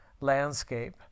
landscape